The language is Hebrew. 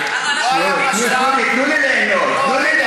תנו לי ליהנות.